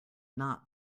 not